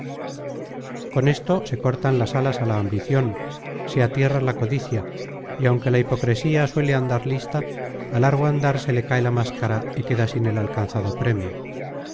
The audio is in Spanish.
con esto se cortan las alas á la ambicion se atierra la codicia y aunque la hipocresía suele andar lista á largo andar se le cae la máscara y queda sin el alcanzado premio